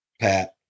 Pat